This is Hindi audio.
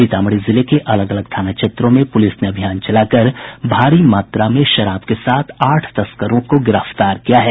सीतामढ़ी जिले के अलग अलग थाना क्षेत्रों में पुलिस ने अभियान चलाकर भारी मात्रा में शराब के साथ आठ तस्करों को गिरफ्तार किया है